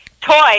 toy